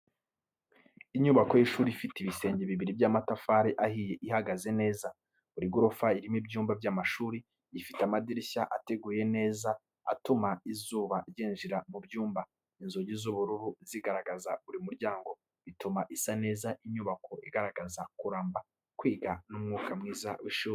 Inyubako y’ishuri ifite ibisenge bibiri by’amatafari ahiye ihagaze neza, buri gorofa irimo ibyumba by'amashuri. Ifite amadirishya ateguye neza atuma izuba ryinjira mu byumba. Inzugi z’ubururu zigaragaza buri muryango, bituma isa neza. Inyubako igaragaza kuramba, kwiga n’umwuka mwiza w’ishuri.